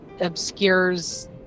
obscures